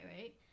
right